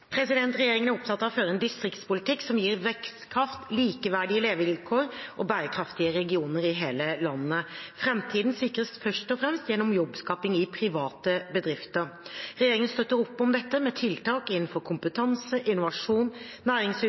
Hallingdalsregionen?» Regjeringen er opptatt av å føre en distriktspolitikk som gir vekstkraft, likeverdige levekår og bærekraftige regioner i hele landet. Framtiden sikres først og fremst gjennom jobbskaping i private bedrifter. Regjeringen støtter opp om dette med tiltak innenfor kompetanse, innovasjon,